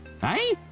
Hey